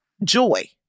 joy